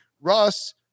Russ